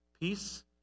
Peace